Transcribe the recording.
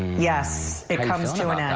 yes. it comes to an